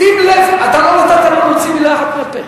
שים לב, אתה לא נתת לו להוציא מלה אחת מהפה.